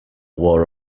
wore